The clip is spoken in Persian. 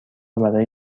برای